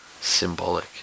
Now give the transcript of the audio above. Symbolic